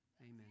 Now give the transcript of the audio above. Amen